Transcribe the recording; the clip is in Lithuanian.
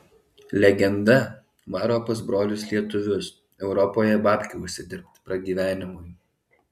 legenda varo pas brolius lietuvius europoje babkių užsidirbt pragyvenimui